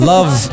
Love